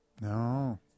No